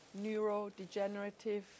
neurodegenerative